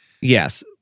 Yes